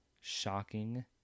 shocking